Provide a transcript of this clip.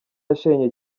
yashenye